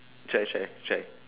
shy shy shy